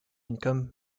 income